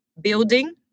building